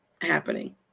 happening